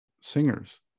singers